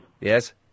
Yes